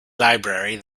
library